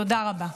תודה רבה.